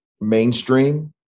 mainstream